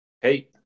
Hey